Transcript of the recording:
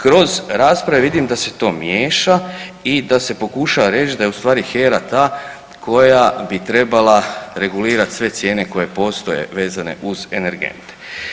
Kroz rasprave vidim da se to miješa i da se pokušava reć da je u stvari HERA ta koja bi trebala regulirat sve cijene koje postoje vezane uz energente.